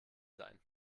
sein